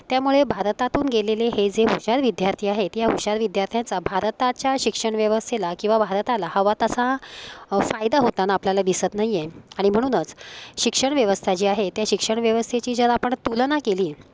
त्यामुळे भारतातून गेलेले हे जे हुशार विद्यार्थी आहेत या हुशार विद्यार्थ्यांचा भारताच्या शिक्षण व्यवस्थेला किंवा भारताला हवा तसा फायदा होताना आपल्याला दिसत नाही आहे आणि म्हणूनच शिक्षण व्यवस्था जी आहे त्या शिक्षण व्यवस्थेची जर आपण तुलना केली